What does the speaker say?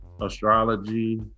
astrology